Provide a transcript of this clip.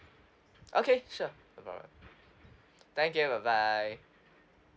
okay sure thank you bye bye